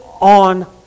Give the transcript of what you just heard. on